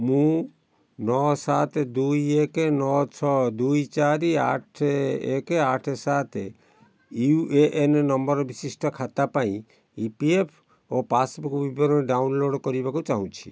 ମୁଁ ନଅ ସାତ ଦୁଇ ଏକ ନଅ ଛଅ ଦୁଇ ଚାରି ଆଠ ଏକ ଆଠ ସାତ ୟୁ ଏ ଏନ୍ ନମ୍ବର ବିଶିଷ୍ଟ ଖାତା ପାଇଁ ଇ ପି ଏଫ୍ ଓ ପାସ୍ବୁକ୍ ବିବରଣୀ ଡାଉନଲୋଡ଼୍ କରିବାକୁ ଚାହୁଁଛି